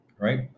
right